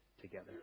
together